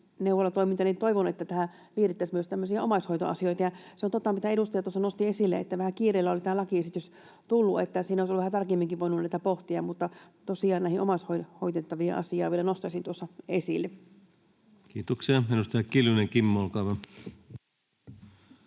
seniorineuvolatoimintaan jotenkin liitettäisiin myös tämmöisiä omaishoitoasioita. Ja se on totta, mitä edustaja tuossa nosti esille, että vähän kiireellä oli tämä lakiesitys tullut, että siinä olisi vähän tarkemminkin voinut näitä pohtia, mutta tosiaan näiden omaishoidettavien asiaa vielä nostaisin esille. Kiitoksia. — Edustaja Kiljunen, Kimmo, olkaa hyvä.